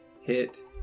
hit